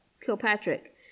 Kilpatrick